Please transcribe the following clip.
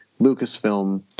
Lucasfilm